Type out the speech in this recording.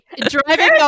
driving